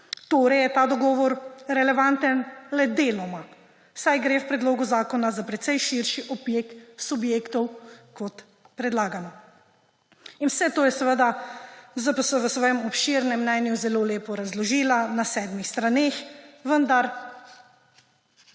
Torej je ta dogovor relevanten le deloma, saj gre v predlogu zakona za precej širši okvir subjektov, kot je predlagano. In vse to je seveda ZPS v svojem obširnem mnenju zelo lepo razložila na sedmih straneh, vendar